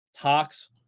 tox